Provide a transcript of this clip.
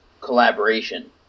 collaboration